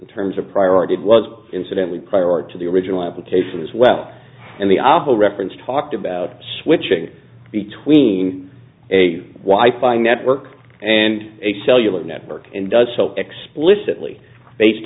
terms of priority it was incidentally prior to the original application as well and the awful reference talked about switching between a wife by network and a cellular network and does so explicitly based